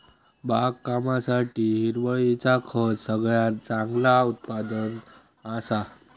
बागकामासाठी हिरवळीचा खत सगळ्यात चांगला उत्पादन असा